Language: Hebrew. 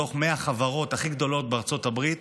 שמתוך 100 החברות הכי גדולות בארצות הברית,